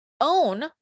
own